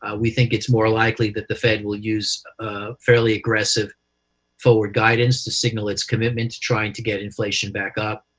ah we think it's more likely that the fed will use ah fairly aggressive forward guidance to signal its commitment to trying to get inflation back up.